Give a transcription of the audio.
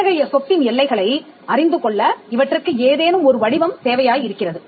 இத்தகைய சொத்தின் எல்லைகளை அறிந்துகொள்ள இவற்றுக்கு ஏதேனும் ஒரு வடிவம் தேவையாய் இருக்கிறது